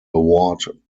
award